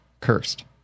cursed